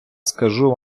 скажу